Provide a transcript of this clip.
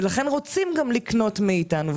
ולכן גם רוצים לקנות מאתנו.